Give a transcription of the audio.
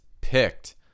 picked